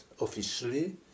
officially